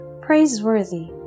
praiseworthy